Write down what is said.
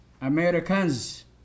Americans